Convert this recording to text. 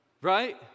Right